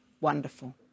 wonderful